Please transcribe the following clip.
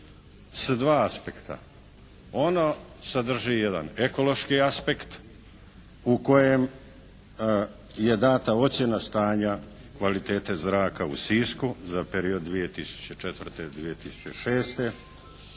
s dva aspekta. Ono sadrži jedan ekološki aspekt u kojem je dana ocjena stanja kvalitete zraka u Sisku za period 2004., 2006.